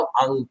ang